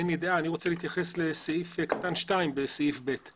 אני רוצה להתייחס לסעיף קטן (2) בסעיף ב.